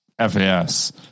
FAS